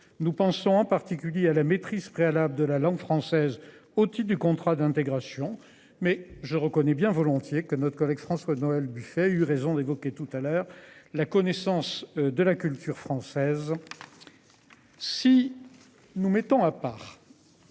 Nous pensons en particulier à la maîtrise préalable de la langue française otite du contrat d'intégration mais je reconnais bien volontiers que notre collègue François Noël Buffet a eu raison d'évoquer tout à l'heure, la connaissance de la culture française.